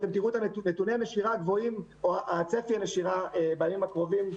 אתם תראו את הנתונים על צפי הנשירה בימים הקרובים.